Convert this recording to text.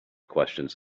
questions